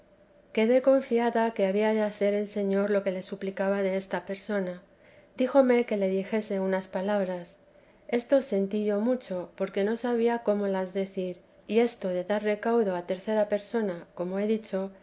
quedé confiada que había de hacer el señor lo que le suplicaba desta persona díjome que le dijese unas palabras esto sentí yo mucho porque no sabía como las decir que esto de dar recaudo a tercera persona como he dicho